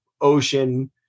ocean